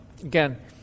again